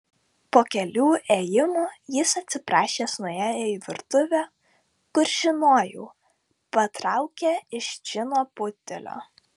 po kelių ėjimų jis atsiprašęs nuėjo į virtuvę kur žinojau patraukė iš džino butelio